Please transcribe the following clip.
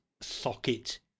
socket